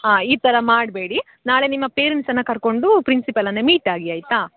ಹಾಂ ಈ ಥರ ಮಾಡಬೇಡಿ ನಾಳೆ ನಿಮ್ಮ ಪೇರೆಂಟ್ಸನ್ನು ಕರ್ಕೊಂಡು ಪ್ರಿನ್ಸಿಪಾಲನ್ನು ಮೀಟಾಗಿ ಆಯಿತಾ